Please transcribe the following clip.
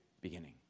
beginning